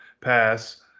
pass